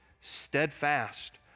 steadfast